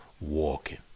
walking